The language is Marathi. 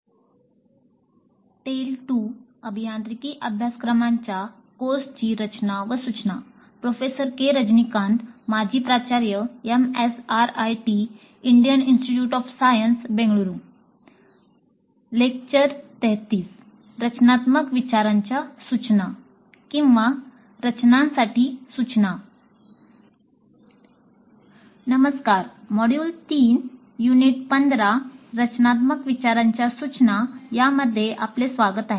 नमस्कार मॉड्यूल 3 युनिट 15 रचनात्मक विचारांच्या सूचना यामध्ये आपले स्वागत आहे